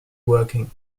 working